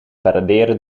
paraderen